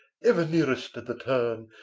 ever nearest at the turn,